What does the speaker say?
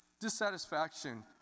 Dissatisfaction